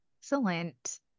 Excellent